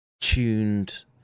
tuned